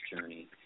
journey